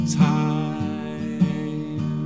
time